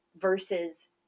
versus